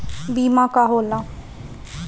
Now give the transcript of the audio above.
बीमा का होला?